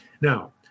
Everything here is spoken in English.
Now